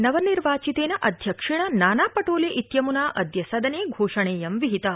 नवनिर्वाचितेन अध्यक्षेण नाना परिले इत्यमुना अद्य सदने घोषणेयं विहिता